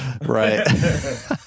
Right